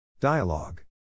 Dialogue